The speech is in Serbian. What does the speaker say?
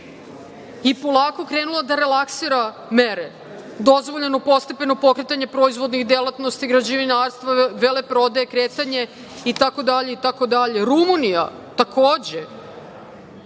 i polako krenula da relaksira mere. Dozvoljeno postepeno pokretanje proizvodnih delatnosti, građevinarstva, veleprodaje, kretanje itd, itd. Rumunija takođe,